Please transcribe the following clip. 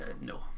no